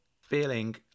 feeling